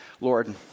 Lord